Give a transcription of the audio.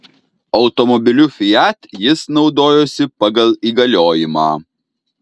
automobiliu fiat jis naudojosi pagal įgaliojimą